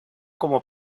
como